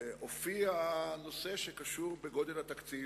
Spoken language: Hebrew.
הופיע הנושא שקשור לגודל התקציב,